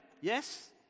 Yes